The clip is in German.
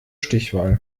stichwahl